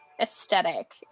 aesthetic